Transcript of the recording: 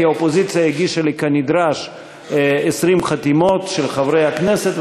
כי האופוזיציה הגישה לי כנדרש 20 חתימות של חברי הכנסת,